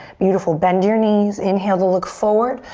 beautiful, bend your knees. inhale to look forward.